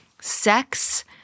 sex